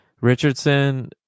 Richardson